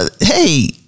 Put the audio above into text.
Hey